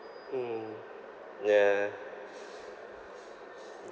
mm yeah